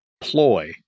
ploy